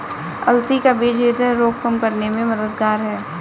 अलसी का बीज ह्रदय रोग कम करने में मददगार है